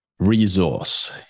Resource